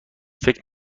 فکر